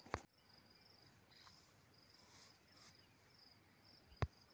कांद्याले एका हेक्टरमंदी किती किलोग्रॅम खत टाकावं लागन?